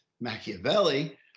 Machiavelli